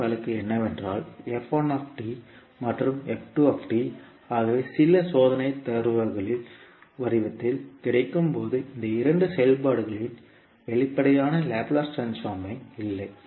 மற்றொரு வழக்கு என்னவென்றால் மற்றும் ஆகியவை சில சோதனை தரவுகளின் வடிவத்தில் கிடைக்கும்போது இந்த இரண்டு செயல்பாடுகளின் வெளிப்படையான லாப்லேஸ் ட்ரான்ஸ்போர்மைப் இல்லை